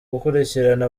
gukurikirana